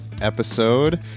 episode